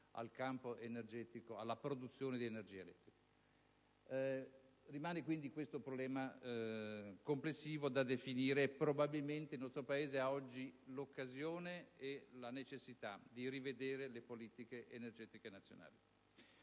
al campo energetico ed alla produzione di energia elettrica. Rimane quindi un problema complessivo da definire; probabilmente il nostro Paese ha oggi l'occasione e la necessità di rivedere le politiche energetiche nazionali.